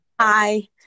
Hi